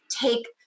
take